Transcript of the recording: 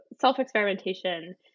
self-experimentation